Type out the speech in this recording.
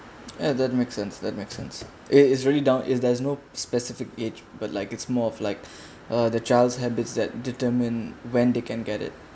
eh that makes sense that makes sense it is really down if there is no specific age but like it's more of like uh the child's habits that determine when they can get it